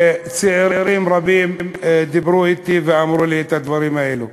וצעירים רבים דיברו אתי ואמרו לי את הדברים האלה.